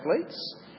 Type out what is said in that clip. athletes